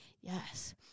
Yes